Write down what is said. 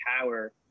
power